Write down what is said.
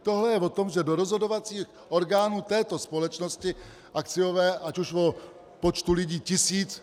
Tohle je o tom, že do rozhodovacích orgánů této společnosti akciové, ať už o počtu lidí tisíc...